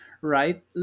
right